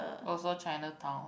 also Chinatown